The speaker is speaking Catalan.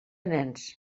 nens